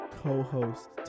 co-host